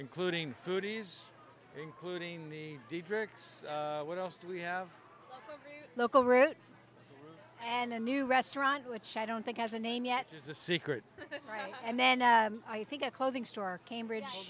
including foodies including the diedrich what else do we have local route and a new restaurant which i don't think has a name yet there's a secret room and then i think a clothing store cambridge